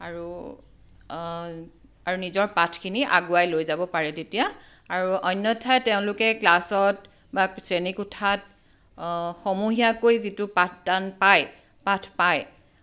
আৰু আৰু নিজৰ পাঠখিনি আগুৱাই লৈ যাব পাৰে তেতিয়া আৰু অন্যথা তেওঁলোকে ক্লাছত বা শ্ৰেণীকোঠাত সমূহীয়াকৈ যিটো পাঠদান পায় পাঠ পায়